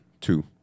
two